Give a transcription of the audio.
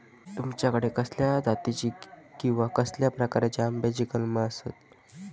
तुमच्याकडे कसल्या जातीची किवा कसल्या प्रकाराची आम्याची कलमा आसत?